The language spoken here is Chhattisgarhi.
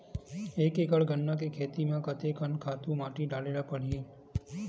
एक एकड़ गन्ना के खेती म कते कन खातु माटी डाले ल पड़ही?